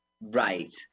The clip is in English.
Right